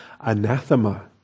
anathema